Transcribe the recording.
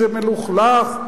זה מלוכלך,